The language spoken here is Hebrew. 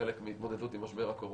כחלק מהתמודדות עם משבר הקורונה.